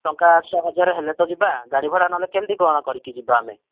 ଟଙ୍କା ଆଠଶହ ହଜାରେ ହେଲେତ ଯିବା ଗାଡ଼ି ଭଡ଼ା ନହେଲେ କେମିତି କ'ଣ କରିକି ଯିବା ଆମେ